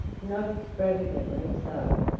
not extravagantly so,